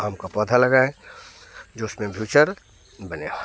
आम का पौधा लगाएं जो उसमें भ्यूचर बने